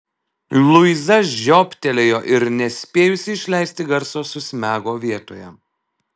luiza žiobtelėjo ir nespėjusi išleisti garso susmego vietoje